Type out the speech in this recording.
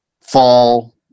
Fall